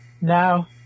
Now